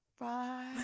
Bye